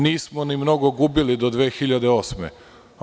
Nismo ni mnogo gubili do 2008. godine.